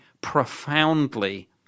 profoundly